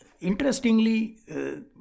interestingly